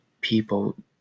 people